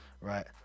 Right